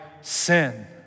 sin